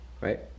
right